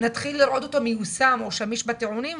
נתחיל לראות אותו מיושם או שמיש בטיעונים,